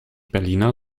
berliner